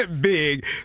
big